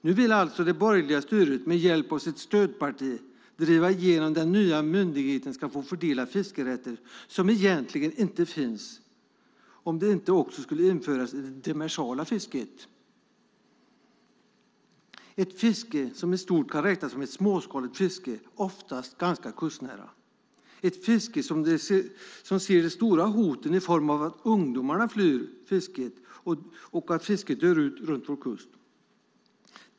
Nu vill alltså det borgerliga styret med hjälp av sitt stödparti driva igenom att den nya myndigheten ska få fördela fiskerätter som egentligen inte finns om det inte också ska införas i det demersala fisket, ett fiske som i stort kan räknas som ett småskaligt fiske, oftast ganska kustnära, ett fiske som ser de stora hoten i form av att ungdomarna flyr och att fisket dör ut runt vår kust.